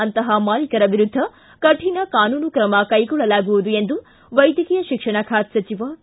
ಅಂತಪ ಮಾಲೀಕರ ವಿರುದ್ಧ ಕಠಣ ಕಾನೂನು ಕ್ರಮ ಕೈಗೊಳ್ಳಲಾಗುವುದು ಎಂದು ವೈದ್ಯಕೀಯ ಶಿಕ್ಷಣ ಖಾತೆ ಸಚಿವ ಕೆ